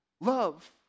Love